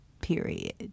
period